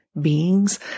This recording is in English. beings